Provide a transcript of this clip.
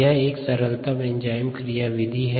यह एक सरलतम एंजाइम क्रियाविधि है